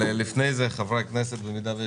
בוקר טוב לכולם.